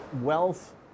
wealth